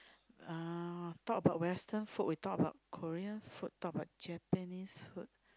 uh talk about western food we talk about Korean food talk about Japanese food